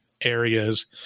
areas